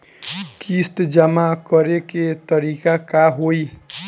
किस्त जमा करे के तारीख का होई?